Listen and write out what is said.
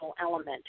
element